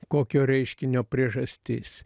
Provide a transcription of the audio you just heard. kokio reiškinio priežastis